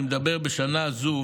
אני מדבר על השנה זו,